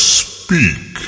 speak